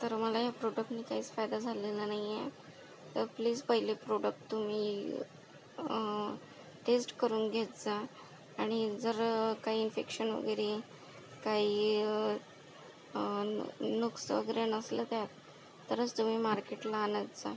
तर मला या प्रॉडक्टने काहीच फायदा झालेला नाही आहे तर प्लीज पहिले प्रॉडक्ट तुम्ही टेस्ट करून घेत जा आणि जर काही इन्फेक्शन वगैरे काही नुक्स वगैरे नसलं त्यात तरच तुम्ही मार्केटला आणत जा